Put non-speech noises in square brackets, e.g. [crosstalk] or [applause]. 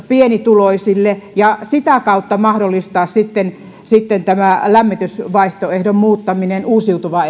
[unintelligible] pienituloisille ja sitä kautta mahdollistaa sitten sitten tämä lämmitysvaihtoehdon muuttaminen uusiutuvaan [unintelligible]